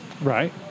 Right